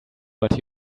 what